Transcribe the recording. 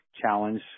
challenge